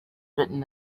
written